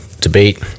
debate